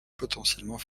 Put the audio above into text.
potentiellement